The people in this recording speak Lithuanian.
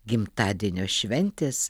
gimtadienio šventės